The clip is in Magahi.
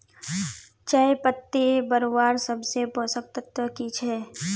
चयपत्ति बढ़वार सबसे पोषक तत्व की छे?